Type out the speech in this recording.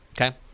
okay